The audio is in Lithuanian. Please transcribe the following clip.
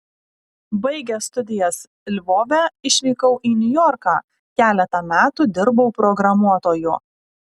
baigęs studijas lvove išvykau į niujorką keletą metų dirbau programuotoju